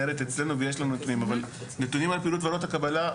לא היה בו מניין ואותו בית כנסת ללא מניין התפצל לשניים.